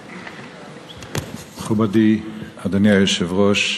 מכובדי, אדוני היושב-ראש,